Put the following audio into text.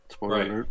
right